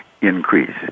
increase